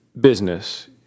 business